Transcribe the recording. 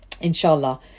inshallah